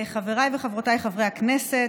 חבריי וחברותיי חברי הכנסת,